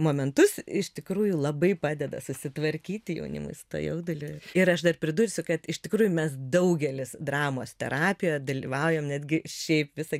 momentus iš tikrųjų labai padeda susitvarkyti jaunimui su tuo jauduliu ir aš dar pridursiu kad iš tikrųjų mes daugelis dramos terapijoje dalyvaujam netgi šiaip visą